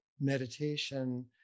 meditation